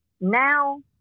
now